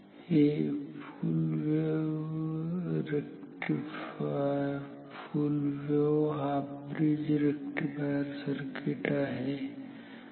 हे full wave half bridge rectifier circuit आहे ठीक आहे